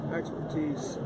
expertise